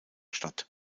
statt